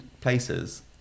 places